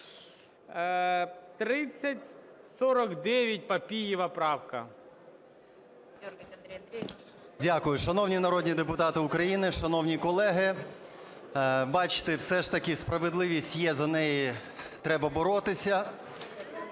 ПАПІЄВ М.М. Дякую. Шановні народні депутати України, шановні колеги, бачте, все ж таки справедливість є, за неї треба боротися.